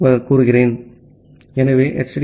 எனவே HTTP 1